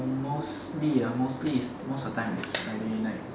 mostly ah mostly is most of the time is friday night